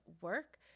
work